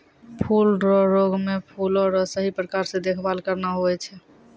फूलो रो रोग मे फूलो रो सही प्रकार से देखभाल करना हुवै छै